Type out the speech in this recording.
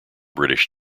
british